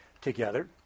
together